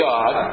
God